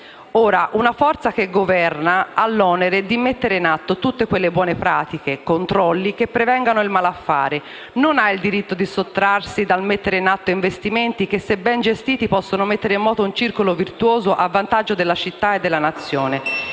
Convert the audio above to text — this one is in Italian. Ora, una forza che governa ha l'onere di mettere in atto tutte quelle buone pratiche e quei controlli che prevengano il malaffare e non ha il diritto di sottrarsi dal mettere in atto investimenti che, se ben gestiti, possono mettere in moto un circolo virtuoso a vantaggio della città e della nazione.